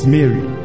Mary